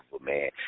man